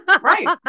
right